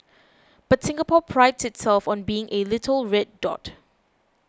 but Singapore prides itself on being a little red dot